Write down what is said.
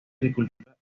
agricultura